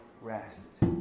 rest